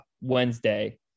Wednesday